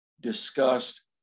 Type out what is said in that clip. discussed